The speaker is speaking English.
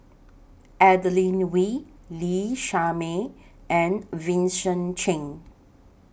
Adeline Lee Shermay and Vincent Cheng